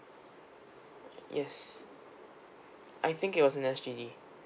yes I think it was in S_G_D